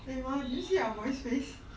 eh ma did you see ah boy's face